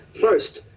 first